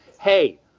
hey